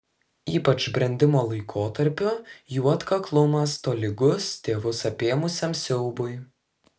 ypač brendimo laikotarpiu jų atkaklumas tolygus tėvus apėmusiam siaubui